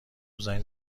زنگ